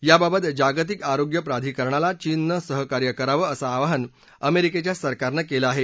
याबाबत जागतिक आरोग्य प्राधिकरणाला चीननं सहकार्य करावं असं आवाहन अमेरिकेच्या सरकारनं केलं आहे